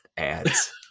Ads